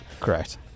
Correct